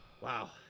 Wow